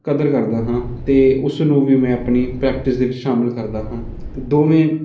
ਕਦਰ ਕਰਦਾ ਹਾਂ ਅਤੇ ਉਸ ਨੂੰ ਵੀ ਮੈਂ ਆਪਣੀ ਪ੍ਰੈਕਟਿਸ ਦੇ ਵਿੱਚ ਸ਼ਾਮਿਲ ਕਰਦਾ ਹਾਂ ਅਤੇ ਦੋਵੇਂ